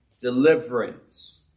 deliverance